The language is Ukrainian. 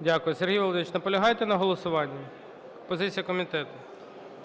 Дякую. Сергій Володимирович, наполягаєте на голосуванні? Позиція комітету.